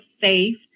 safe